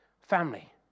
family